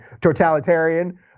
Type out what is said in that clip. totalitarian